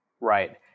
Right